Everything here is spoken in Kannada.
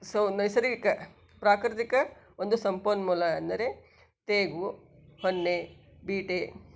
ಸೌ ನೈಸರ್ಗಿಕ ಪ್ರಾಕೃತಿಕ ಒಂದು ಸಂಪನ್ಮೂಲ ಅಂದರೆ ತೇಗ ಹೊನ್ನೆ ಬೀಟೆ